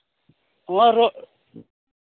ᱱᱚᱜᱼᱚᱭ ᱫᱚ